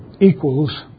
equals